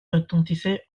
retentissaient